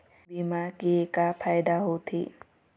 बीमा के का फायदा होते?